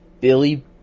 Billy